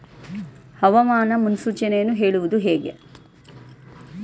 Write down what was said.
ಹವಾಮಾನ ಮುನ್ಸೂಚನೆಯನ್ನು ಹೇಳುವುದು ಹೇಗೆ?